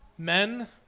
Men